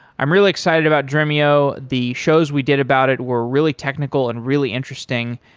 i'm really excited about dremio. the shows we did about it were really technical and really interesting.